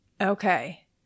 Okay